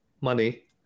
money